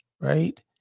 right